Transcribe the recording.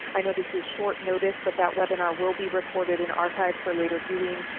i know this is short notice but that webinar will be recorded and archived for later viewing.